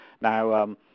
Now